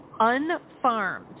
unfarmed